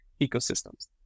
ecosystems